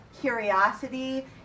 Curiosity